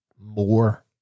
more